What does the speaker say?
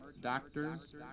doctors